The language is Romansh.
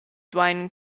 duein